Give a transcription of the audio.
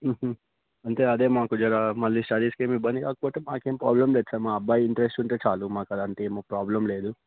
అంటే అదే మాకు జర మళ్ళీ స్టడీస్కి ఏమి ఇబ్బంది కాకపోతే మాకు ఏమి ప్రాబ్లం లేదు సార్ మా అబ్బాయి ఇంట్రస్ట్ ఉంటే చాలు మాకు అదంతా నాకు ప్రాబ్లం లేదు